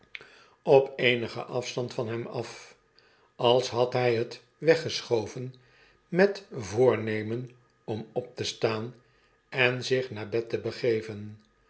op eenigen afstand van hem af als had hy het weggeschoven met voornemen om op te staan en zich naar bed te begeven